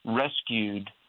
rescued